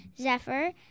Zephyr